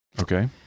Okay